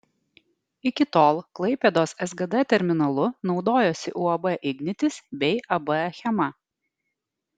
iki tol klaipėdos sgd terminalu naudojosi uab ignitis bei ab achema